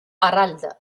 harald